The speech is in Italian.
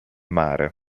mare